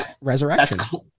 resurrection